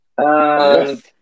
Yes